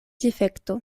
difekto